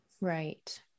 Right